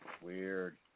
Weird